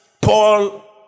Paul